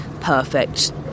perfect